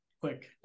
quick